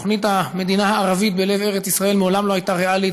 תוכנית המדינה הערבית בלב ארץ-ישראל מעולם לא הייתה ריאלית,